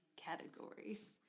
categories